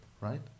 right